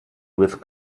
with